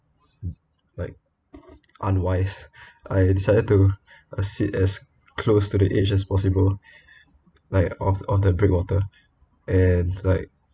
like unwise I decided to uh sit as close to the edge as possible like of of the breakwater and like